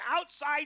outside